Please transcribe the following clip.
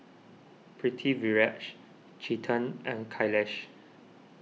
Pritiviraj Chetan and Kailash